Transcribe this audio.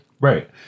Right